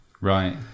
Right